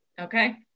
Okay